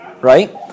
right